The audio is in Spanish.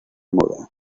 moda